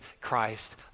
Christ